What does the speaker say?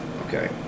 okay